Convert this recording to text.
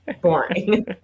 boring